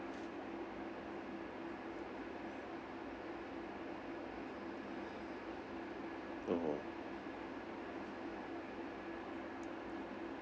orh